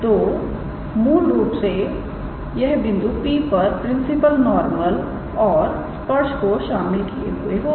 तो मूल रूप से यह बिंदु P पर प्रिंसिपल नॉर्मल और स्पर्श को शामिल किए हुए होगा